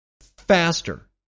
faster